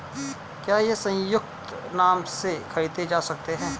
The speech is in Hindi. क्या ये संयुक्त नाम से खरीदे जा सकते हैं?